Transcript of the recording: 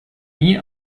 nie